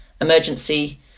emergency